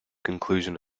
conclusion